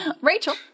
Rachel